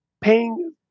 paying